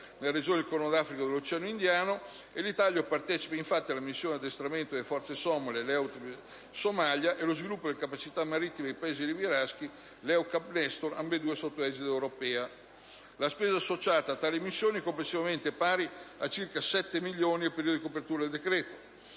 nella regione del Corno d'Africa e dell'Oceano Indiano. L'Italia partecipa infatti alla missione di addestramento delle forze somale (EUTM Somalia) e di sviluppo delle capacità marittime dei Paesi rivieraschi (EUCAP Nestor), ambedue sotto l'egida europea. La spesa associata a tali missioni è complessivamente pari a circa 7 milioni, nel periodo di copertura del decreto.